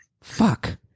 Fuck